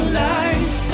lies